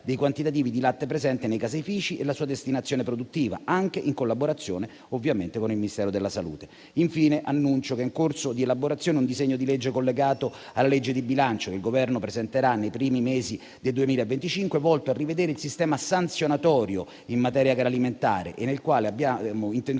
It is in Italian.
dei quantitativi di latte presente nei caseifici e la sua destinazione produttiva, anche in collaborazione - ovviamente - con il Ministero della salute. Infine, annuncio che è in corso di elaborazione un disegno di legge collegato alla legge di bilancio, che il Governo presenterà nei primi mesi del 2025, volto a rivedere il sistema sanzionatorio in materia agroalimentare e nel quale abbiamo intenzione